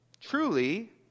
Truly